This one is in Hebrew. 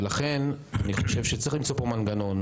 ולכן אני חושב שצריך למצוא פה מנגנון